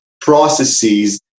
processes